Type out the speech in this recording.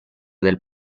del